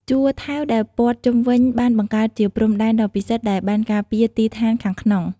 ជួរថែវដែលព័ទ្ធជុំវិញបានបង្កើតជាព្រំដែនដ៏ពិសិដ្ឋដែលបានការពារទីស្ថានខាងក្នុង។